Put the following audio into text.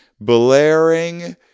blaring